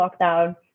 lockdown